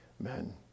Amen